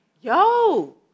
Yo